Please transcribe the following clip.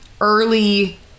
early